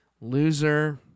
loser